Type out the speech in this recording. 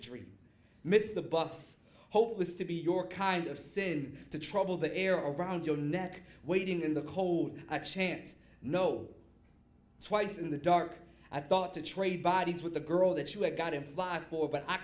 dream missed the bus hope was to be your kind of sin to trouble the air around your neck waiting in the cold a chance no twice in the dark i thought to trade bodies with the girl that you had got in five four but i